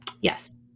Yes